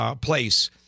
place